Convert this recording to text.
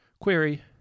Query